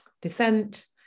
descent